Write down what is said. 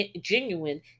genuine